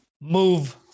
move